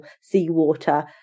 seawater